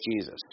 Jesus